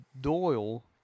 Doyle